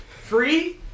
free